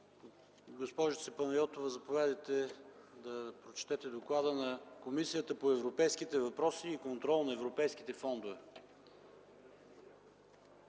Госпожице Панайотова, заповядайте да прочетете доклада на Комисията по европейските въпроси и контрол на европейските фондове.